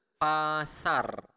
pasar